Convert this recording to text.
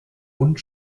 und